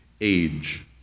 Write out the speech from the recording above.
age